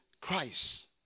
Christ